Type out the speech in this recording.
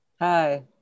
Hi